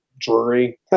Drury